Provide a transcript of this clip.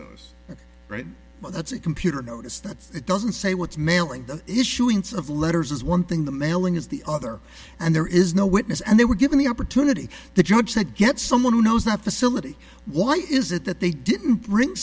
write well that's a computer notice that it doesn't say what's mailing the issuance of letters is one thing the mailing is the other and there is no witness and they were given the opportunity the judge said get someone who knows that facility why is it that they didn't bring